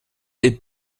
ait